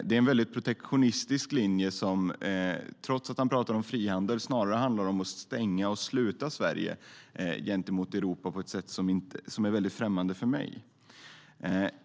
Det är en väldigt protektionistisk linje som, trots att han pratar om frihandel, snarare handlar om att stänga och sluta Sverige gentemot Europa på ett sätt som är väldigt främmande för mig.